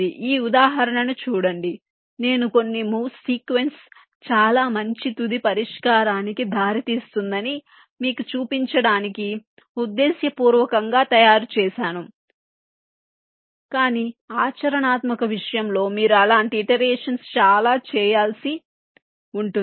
ఈ ఉదాహరణను చూడండి నేను కొన్ని మూవ్స్ సీక్వెన్స్ చాలా మంచి తుది పరిష్కారానికి దారితీస్తుందని మీకు చూపించడానికి ఉద్దేశపూర్వకంగా తయారు చేసాను కాని ఆచరణాత్మక చూడండి సమయం 2839 విషయంలో మీరు అలాంటి ఇటరేషన్స్ చాలా చేయాల్సి ఉంటుంది